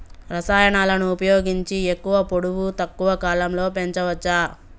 రసాయనాలను ఉపయోగించి ఎక్కువ పొడవు తక్కువ కాలంలో పెంచవచ్చా?